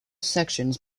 sections